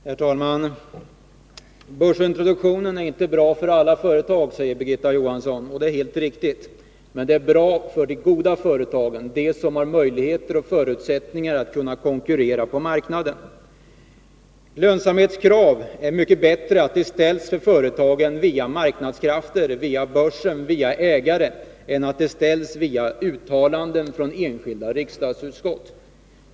Herr talman! Börsintroduktion är inte bra för alla företag, säger Birgitta Johansson. Det är helt riktigt. Men det är bra för de företag som har möjligheter och förutsättningar för att konkurrera på marknaden. Det är mycket bättre att lönsamhetskrav ställs på företagen via marknadskrafter, via börsen och via ägare än via uttalanden från enskilda riksdagsutskott.